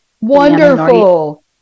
Wonderful